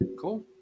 Cool